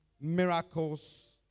miracles